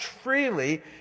freely